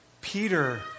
Peter